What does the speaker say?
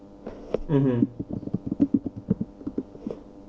mmhmm